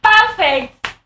perfect